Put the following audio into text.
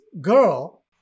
girl